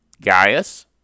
Gaius